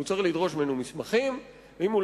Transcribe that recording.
הוא צריך לדרוש ממנו מסמכים,